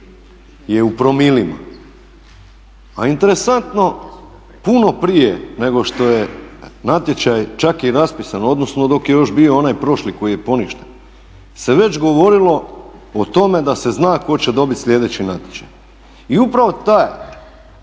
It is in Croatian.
je u promilima. A interesantno puno prije nego što je natječaj čak i raspisan, odnosno dok je još bio onaj prošli koji je poništen se već govorilo o tome da se zna tko će dobiti sljedeći natječaj. I upravo taj